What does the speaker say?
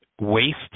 waste